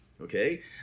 okay